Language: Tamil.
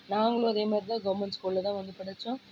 நாங்களும் அதேமாதிரிதான் கவர்மெண்ட் ஸ்கூலில் தான் வந்து படித்தோம்